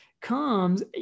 comes